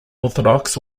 orthodox